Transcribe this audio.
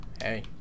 Hey